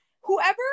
whoever